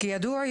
כידוע,